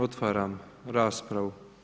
Otvaram raspravu.